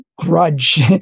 grudge